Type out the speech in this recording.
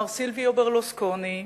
מר סילביו ברלוסקוני,